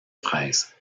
fraise